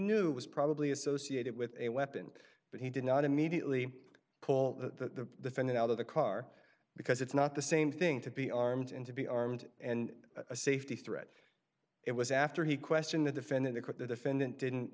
knew was probably associated with a weapon but he did not immediately pull the finding out of the car because it's not the same thing to be armed and to be armed and a safety threat it was after he question the defendant acquit the defendant didn't